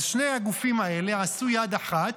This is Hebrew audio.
אז שני הגופים האלה עשו יד אחת,